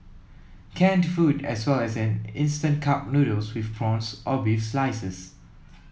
canned food as well as an instant cup noodles with prawns or beef slices